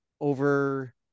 over